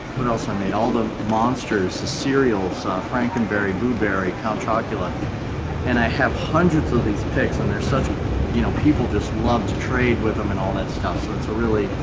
what else i made all the monsters serials franken berry blueberry contrac eula and i have hundreds of these effects on there such you know people just love to trade with them and all that's um sort of so really?